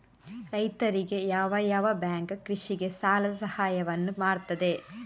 ರೈತರಿಗೆ ಯಾವ ಯಾವ ಬ್ಯಾಂಕ್ ಕೃಷಿಗೆ ಸಾಲದ ಸಹಾಯವನ್ನು ಮಾಡ್ತದೆ?